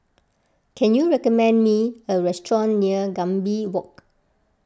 can you recommend me a restaurant near Gambir Walk